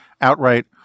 outright